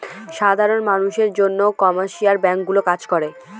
সাধারন মানষের জন্য কমার্শিয়াল ব্যাঙ্ক গুলো কাজে লাগে